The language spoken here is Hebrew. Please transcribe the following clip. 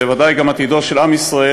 בוודאי גם עתידו של עם ישראל,